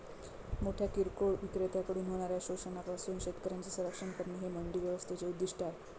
मोठ्या किरकोळ विक्रेत्यांकडून होणाऱ्या शोषणापासून शेतकऱ्यांचे संरक्षण करणे हे मंडी व्यवस्थेचे उद्दिष्ट आहे